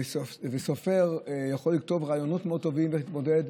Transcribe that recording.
סופר יכול לכתוב רעיונות מאוד טובים איך להתמודד,